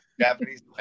Japanese